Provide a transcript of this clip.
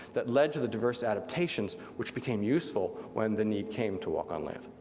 that led to the diverse adaptations which became useful when the need came to walk on land.